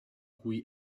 cui